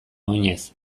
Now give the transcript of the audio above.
oinez